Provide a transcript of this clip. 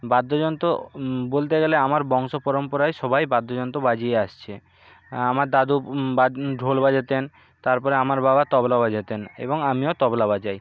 বাদ্যযন্ত্র বলতে গেলে আমার বংশ পরম্পরায় সবাই বাদ্যযন্ত্র বাজিয়ে আসছে আমার দাদু বা ঢোল বাজাতেন তারপরে আমার বাবা তবলা বাজাতেন এবং আমিও তবলা বাজাই